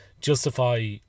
Justify